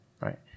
Right